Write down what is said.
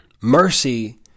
Mercy